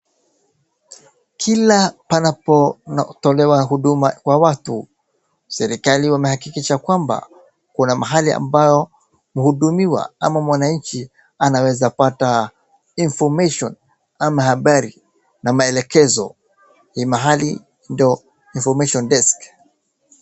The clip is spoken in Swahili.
Kila panapotolewa huduma kwa watu, serikali wamehakikisha kwamba kuna mahali ambayo mhudumiwa ama mwananchi anawezapata information ama habari na maelekezo ni mahali ndio information desk .